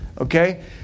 Okay